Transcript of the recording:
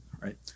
right